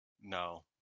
no